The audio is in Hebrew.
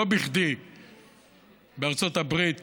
לא בכדי בארצות הברית